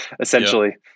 essentially